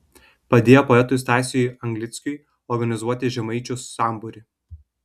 padėjo poetui stasiui anglickiui organizuoti žemaičių sambūrį